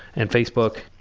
and facebook.